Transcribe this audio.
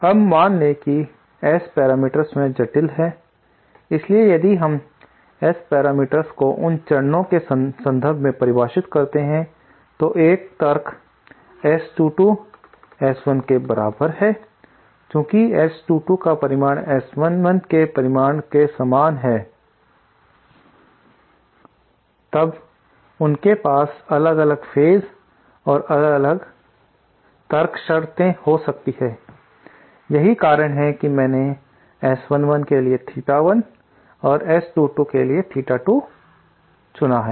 अब मान ले की S पैरामीटर स्वयं जटिल है इसलिए यदि हम S पैरामीटर्स को उन चरणों के संदर्भ में परिभाषित करते हैं तो एक तर्क S22 S11 के बराबर है चूँकि S22 का परिमाण S11 के परिमाण के समान है तब उनके पास अलग अलग फेज और अलग अलग तर्क शर्तें हो सकती है यही कारण है कि मैंने S11 के लिए थीटा 1 और S22 के लिए थीटा 2 चुना है